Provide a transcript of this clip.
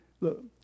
look